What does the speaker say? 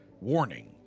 Warning